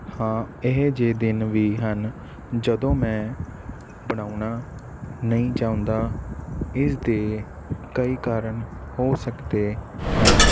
ਹਾਂ ਇਹੋ ਜਿਹੇ ਦਿਨ ਵੀ ਹਨ ਜਦੋਂ ਮੈਂ ਬਣਾਉਣਾ ਨਹੀਂ ਚਾਹੁੰਦਾ ਇਸ ਦੇ ਕਈ ਕਾਰਨ ਹੋ ਸਕਦੇ ਹਨ